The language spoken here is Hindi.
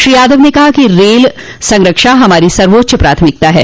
श्री यादव ने कहा कि रेल संरक्षा हमारी सर्वोच्च प्राथमिकता है